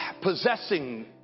possessing